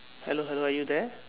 hello hello are you there